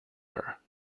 her